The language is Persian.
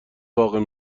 واقع